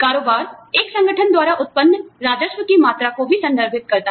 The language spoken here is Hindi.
कारोबार एक संगठन द्वारा उत्पन्न राजस्व की मात्रा को भी संदर्भित करता है